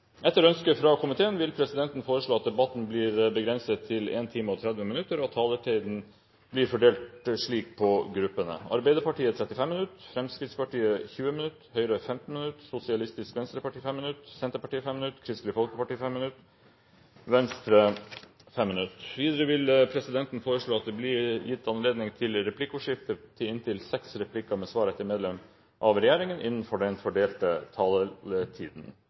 Etter ønske fra utenriks- og forsvarskomiteen vil presidenten foreslå at debatten blir begrenset til 1 time og 30 minutter, og at taletiden blir fordelt slik på gruppene: Arbeiderpartiet 35 minutter, Fremskrittspartiet 20 minutter, Høyre 15 minutter, Sosialistisk Venstreparti, Senterpartiet, Kristelig Folkeparti og Venstre 5 minutter hver. Videre vil presidenten foreslå at det blir gitt anledning til replikkordskifte på inntil seks replikker med svar etter medlem av regjeringen innenfor den fordelte taletiden.